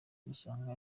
gusanga